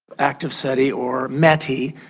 active seti, or meti,